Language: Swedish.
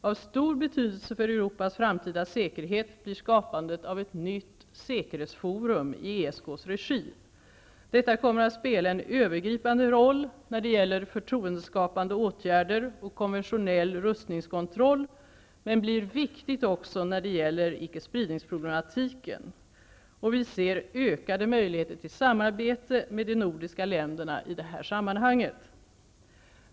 Av stor betydelse för Europas framtida säkerhet blir skapandet av ett nytt säkerhetsforum i ESK:s regi. Detta kommer att spela en övergripande roll när det gäller förtroendeskapande åtgärder och konventionell rustningskontroll, men blir viktigt också när det gäller icke-spridningsproblematiken. Vi ser ökade möjligheter til samarbete med de nordiska länderna i detta sammanhang.